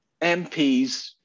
MPs